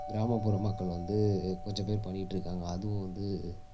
கிராமப்புற மக்கள் வந்து கொஞ்சம் பேர் பண்ணிட்டுருக்காங்க அதுவும் வந்து